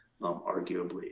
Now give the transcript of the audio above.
arguably